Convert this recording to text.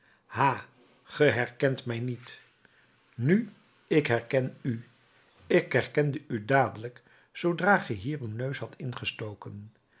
ha ge herkent mij niet nu ik herken u ik herkende u dadelijk zoodra ge hier uw neus hadt ingestoken